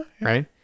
right